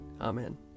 Amen